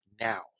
now